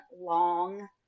long